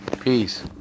Peace